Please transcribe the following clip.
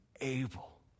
able